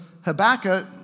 Habakkuk